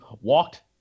walked